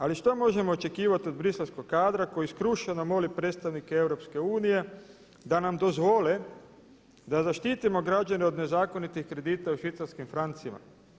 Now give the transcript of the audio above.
Ali što možemo očekivati od briselskog kadra koji skrušeno moli predstavnike EU da nam dozvole da zaštitimo građane od nezakonitih kredita u švicarskim francima.